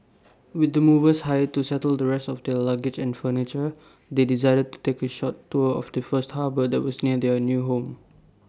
with the movers hired to settle the rest of their luggage and furniture they decided to take A short tour of the first harbour that was near their new home